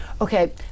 Okay